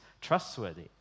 trustworthy